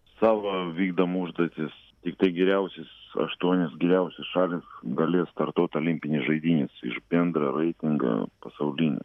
savo vykdom užduotis tiktai geriausios aštuonios geriausios šalys galės startuot olimpinės žaidynės iš bendro reitingo pasaulinio